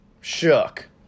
shook